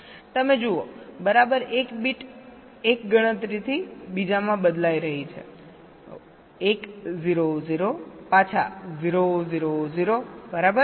તમે જુઓ બરાબર એક બીટ એક ગણતરીથી બીજામાં બદલાઈ રહી છે 1 0 0 પાછા 0 0 0 બરાબર